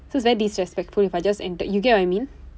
so it's very disrespectful if I just enter you get what I mean